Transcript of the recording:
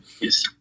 yes